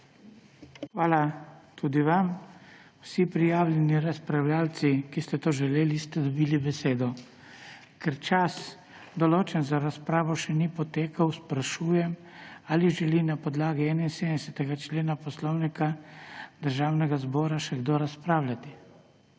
Hvala tudi vam. Vsi prijavljeni razpravljavci, ki ste to želeli, ste dobili besedo. Ker čas, določen za razpravo, še ni potekel, sprašujem, ali želi na podlagi 71. člena Poslovnika Državnega zbora še kdo razpravljati.